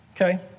Okay